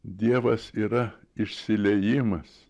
dievas yra išsiliejimas